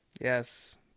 Yes